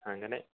അങ്ങനെ